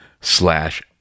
slash